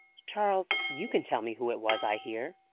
charles, you can tell me who it was, i hear?